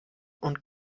und